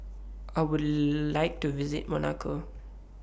I Would like to visit Monaco